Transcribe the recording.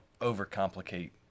overcomplicate